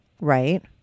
Right